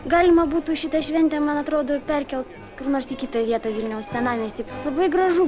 galima būtų šitą šventę man atrodo perkelt kur nors į kitą vietą vilniaus senamiesty labai gražu